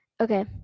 Okay